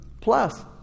Plus